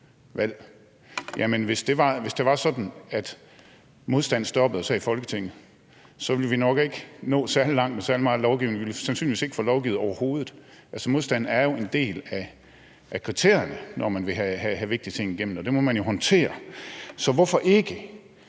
at modstanden stoppede os her i Folketinget, ville vi nok ikke nå særlig langt med særlig meget lovgivning. Vi ville sandsynligvis ikke få lovgivet overhovedet. Altså, modstand er jo en del af kriterierne, når man vil have vigtige ting igennem, og det må man jo håndtere. Så hvorfor ikke